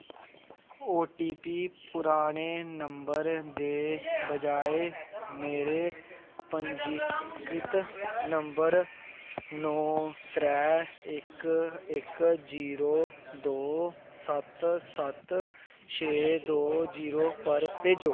ओ T P पराने number दे बजाए मेरे पंजीकृत नंबर नौ त्रै इक इक जीरो दो सत्त सत्त छे दो जीरो पर भेजो